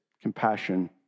compassion